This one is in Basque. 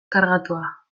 kargatua